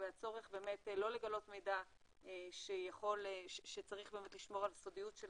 והצורך באמת לא לגלות מידע שצריך לשמור על הסודיות של